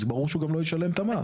אז ברור שהוא גם לא ישלם את המס.